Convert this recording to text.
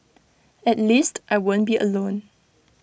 at least I won't be alone